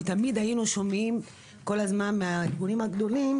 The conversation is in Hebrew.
כי תמיד היינו שומעים כל הזמן מהארגונים הגדולים,